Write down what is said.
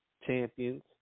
champions